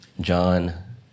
John